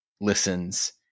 listens